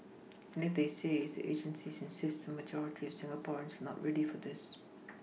and if they say if the agencies insist the majority of Singaporeans are not ready for this